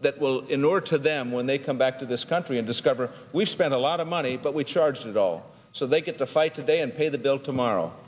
that will in order to them when they come back to this country and discover we've spent a lot of money but we charge it all so they get to fight today and pay the bill tomorrow